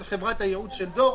של חברת הייעוץ של דור,